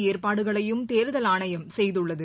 ஏற்பாடுகளையும் தேர்தல் ஆணையம் செய்துள்ளது